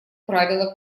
правило